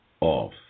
off